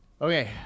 Okay